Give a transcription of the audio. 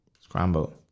scramble